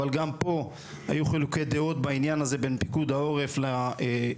אבל גם פה היו חילוקי דעות בעניין הזה בין פיקוד העורף למשרד.